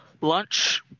lunch